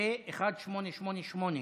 פ/1888,